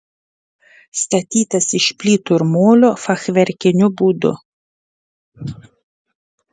statytas iš plytų ir molio fachverkiniu būdu